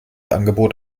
angebot